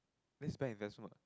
that is bad investment